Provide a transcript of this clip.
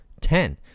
Ten